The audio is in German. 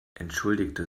entschuldigte